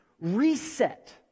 Reset